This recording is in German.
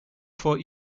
vor